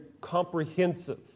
comprehensive